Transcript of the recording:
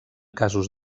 casos